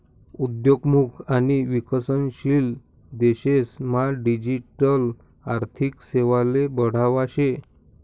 उद्योन्मुख आणि विकसनशील देशेस मा डिजिटल आर्थिक सेवाले बढावा शे